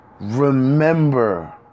remember